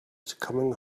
coming